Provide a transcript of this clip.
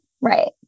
Right